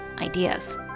ideas